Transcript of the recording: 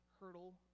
hurdle